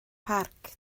parc